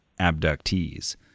abductees